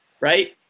Right